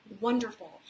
wonderful